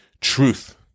truth